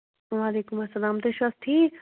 وعلیکُم اَسلام تُہۍ چھِو حظ ٹھیٖک